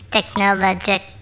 Technologic